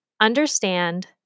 understand